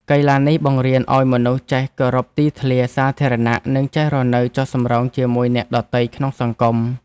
កីឡានេះបង្រៀនឱ្យមនុស្សចេះគោរពទីធ្លាសាធារណៈ និងចេះរស់នៅចុះសម្រុងជាមួយអ្នកដទៃក្នុងសង្គម។